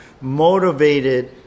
motivated